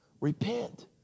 repent